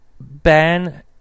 Ban